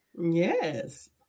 Yes